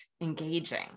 engaging